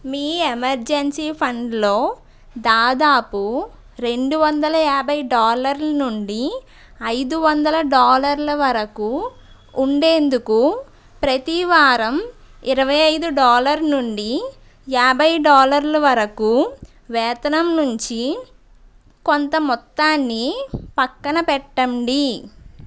మీ emergency ఫండ్లో దాదాపు రెండు వందల యాభై డాలర్ల నుండి ఐదు వందల డాలర్ల వరకు ఉండేందుకు ప్రతీ వారం ఇరవై ఐదు డాలర్ నుండి యాభై డాలర్ల వరకు వేతనం నుంచి కొంత మొత్తాన్ని ప్రక్కన పెట్టండి